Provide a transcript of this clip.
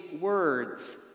words